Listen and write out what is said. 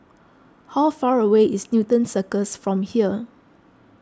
how far away is Newton Circus from here